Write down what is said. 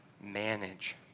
manage